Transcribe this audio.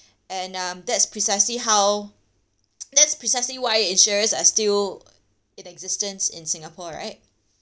and um that's precisely how that's precisely why insurers are still in existence in Singapore right